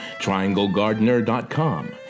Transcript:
trianglegardener.com